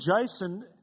Jason